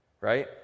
right